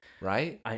Right